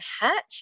hat